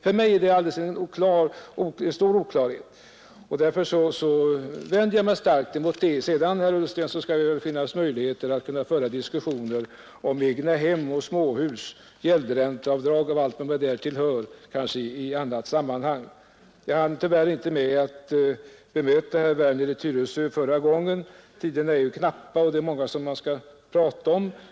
För mig är det en stor oklarhet här, och därför vänder jag mig starkt emot det. Sedan, herr Ullsten, måste det väl finnas möjligheter att föra diskussioner om egnahem, småhus, gäldränteavdrag och allt vad därtill hör i annat sammanhang. Jag hann tyvärr inte med att bemöta herr Werner i Tyresö förra gången jag var uppe. Repliktiderna är ju knappa, och det är många frågor man skall prata om.